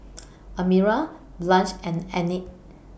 Amira Blanch and Enid